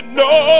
no